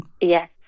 Yes